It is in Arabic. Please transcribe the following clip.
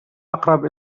أقرب